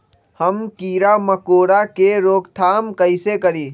हम किरा मकोरा के रोक थाम कईसे करी?